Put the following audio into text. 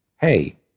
hey